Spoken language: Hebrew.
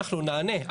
אנחנו נענה.